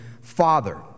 Father